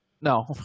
No